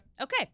okay